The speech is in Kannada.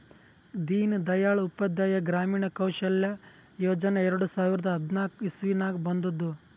ದೀನ್ ದಯಾಳ್ ಉಪಾಧ್ಯಾಯ ಗ್ರಾಮೀಣ ಕೌಶಲ್ಯ ಯೋಜನಾ ಎರಡು ಸಾವಿರದ ಹದ್ನಾಕ್ ಇಸ್ವಿನಾಗ್ ಬಂದುದ್